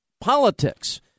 politics